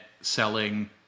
selling